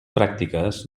pràctiques